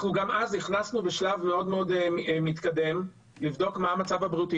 אנחנו גם אז נכנסנו בשלב מאוד מתקדם לבדוק מה המצב הבריאותי